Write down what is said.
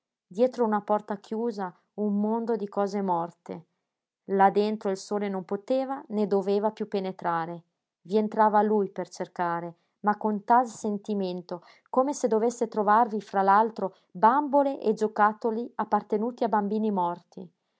dietro una porta chiusa un mondo di cose morte là dentro il sole non poteva né doveva piú penetrare vi entrava lui per cercare ma con tal sentimento come se dovesse trovarvi fra l'altro bambole e giocattoli appartenuti a bambini morti